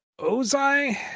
Ozai